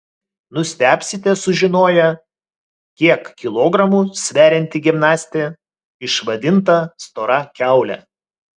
nustebsite sužinoję kiek kilogramų sverianti gimnastė išvadinta stora kiaule